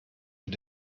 mit